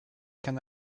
can